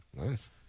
Nice